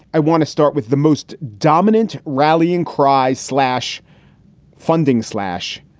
i want to start with the most dominant rallying cry slash funding slash,